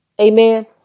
Amen